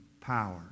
power